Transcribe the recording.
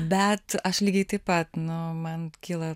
bet aš lygiai taip pat nu man kyla